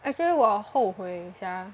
actually 我后悔 sia